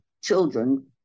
Children